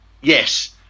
Yes